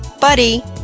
Buddy